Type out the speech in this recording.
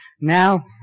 Now